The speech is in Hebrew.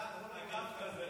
היה אגף כזה